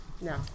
no